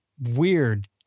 weird